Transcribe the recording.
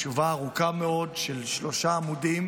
תשובה ארוכה מאוד של שלושה עמודים,